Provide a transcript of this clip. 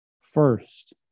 first